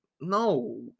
no